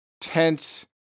tense